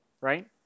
right